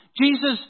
Jesus